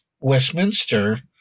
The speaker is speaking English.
Westminster